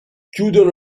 chiudono